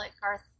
Garth